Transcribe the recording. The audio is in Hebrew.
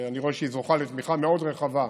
אני רואה שהיא זוכה לתמיכה מאוד רחבה,